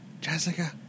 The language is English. Jessica